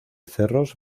cerros